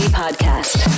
podcast